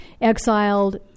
exiled